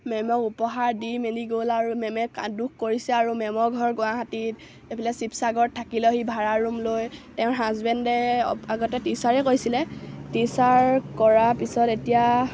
মেমক উপহাৰ দি মেলি গ'ল আৰু মেমে কা দুখ কৰিছে আৰু মেমৰ ঘৰ গুৱাহাটীত এইফালে শিৱসাগৰত থাকি লয়হি ভাড়া ৰুম লৈ তেওঁৰ হাজবেণ্ডে আগতে টিচাৰে কৰিছিলে টিচাৰ কৰা পিছত এতিয়া